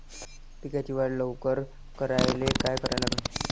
पिकाची वाढ लवकर करायले काय करा लागन?